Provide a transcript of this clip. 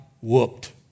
whooped